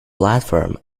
platform